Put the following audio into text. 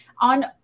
on